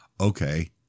Okay